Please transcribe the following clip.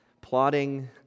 plotting